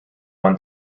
one